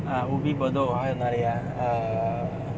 uh ubi bedok 还有哪里 ah err